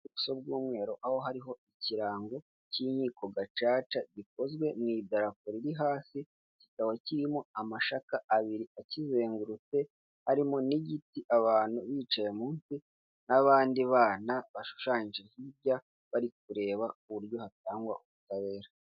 Ubuso bw'umweru ariho hariho ikirango cy'inkiko gacaca gikozwe mu idarapo riri hafi kikaba kirimo amashaka abiri akizengurutse harimo n'igiti abantu bicaye munsi n'abandi bana bashushanyije hirya bari kureba uburyo hatangwa ubutabera.